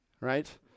right